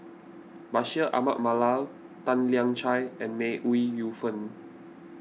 Bashir Ahmad Mallal Tan Lian Chye and May Ooi Yu Fen